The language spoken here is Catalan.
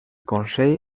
consell